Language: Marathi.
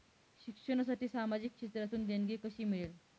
शिक्षणासाठी सामाजिक क्षेत्रातून देणगी कशी मिळेल?